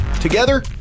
Together